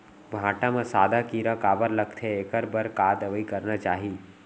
भांटा म सादा कीरा काबर लगथे एखर बर का दवई करना चाही?